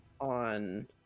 on